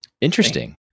interesting